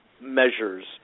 measures